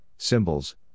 symbols